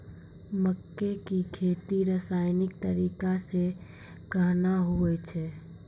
मक्के की खेती रसायनिक तरीका से कहना हुआ छ?